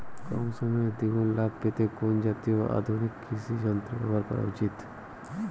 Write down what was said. কম সময়ে দুগুন লাভ পেতে কোন জাতীয় আধুনিক কৃষি যন্ত্র ব্যবহার করা উচিৎ?